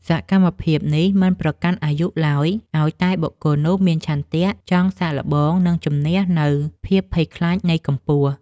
សកម្មភាពនេះមិនប្រកាន់អាយុឡើយ ឱ្យតែបុគ្គលនោះមានឆន្ទៈចង់សាកល្បង និងជម្នះនូវភាពភ័យខ្លាចនៃកម្ពស់។